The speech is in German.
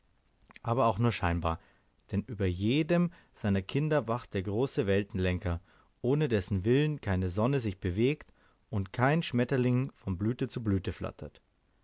aber auch nur scheinbar denn über jedem seiner kinder wacht der große weltenlenker ohne dessen willen keine sonne sich bewegt und kein schmetterling von blüte zu blüte flattert